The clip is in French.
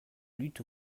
lutte